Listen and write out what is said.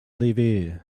levee